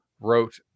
wrote